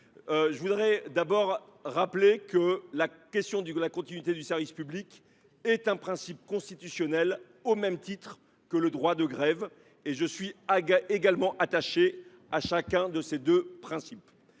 pour les usagers de la SNCF. La continuité du service public est un principe constitutionnel au même titre que le droit de grève. Je suis également attaché à chacun de ces deux principes.